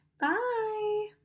Bye